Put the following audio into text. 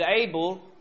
able